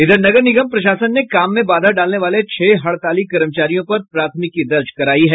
इधर नगर निगम प्रशासन ने काम में बाधा डालने वाले छह हड़ताली कर्मचारियों पर प्राथमिकी दर्ज करायी है